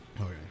Okay